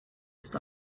ist